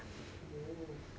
!whoa!